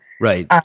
Right